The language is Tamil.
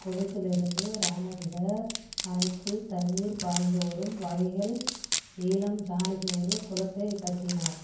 கொளத்தில் இருந்து ராமதுக அணைக்குள் தண்ணீர் பாய்ந்தோடும் வகைகள் சீலம் ஜானகி ஒரு குளத்தைக் கட்டினார்